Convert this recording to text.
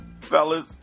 fellas